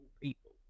people